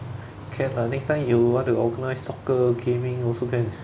can ah next time you want to organise soccer gaming also can